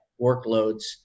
workloads